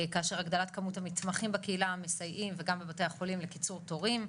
כאשר הגדלת כמות המתמחים בקהילה המסייעים וגם בבתי חולים לקיצור תורים.